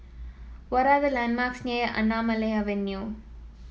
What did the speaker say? what are the landmarks near Avenue